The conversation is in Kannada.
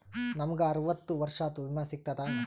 ನಮ್ ಗ ಅರವತ್ತ ವರ್ಷಾತು ವಿಮಾ ಸಿಗ್ತದಾ?